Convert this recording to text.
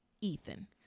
Ethan